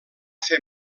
fer